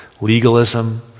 legalism